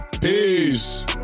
peace